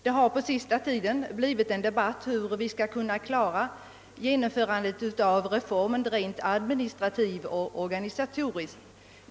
Det har på senaste tiden förekommit en debatt om hur vi skall kunna klara genomförandet av reformen rent administrativt och organisatoriskt.